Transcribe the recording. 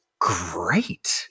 great